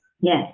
Yes